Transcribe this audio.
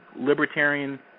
libertarian